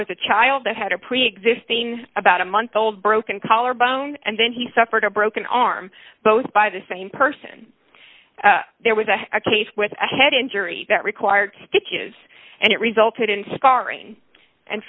was a child that had a preexisting about a month old broken collarbone and then he suffered a broken arm both by the same person there was a case with a head injury that required stitches and it resulted in scarring and